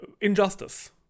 Injustice